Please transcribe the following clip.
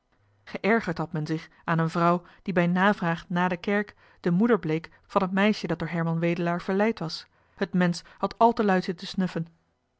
geërgerd had men zich aan een vrouw die bij navraag na de kerk de moeder bleek van het meisje dat door herman johan de meester de zonde in het deftige dorp wedelaar verleid was het mensch had luid zitten snuffen